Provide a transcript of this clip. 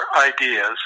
ideas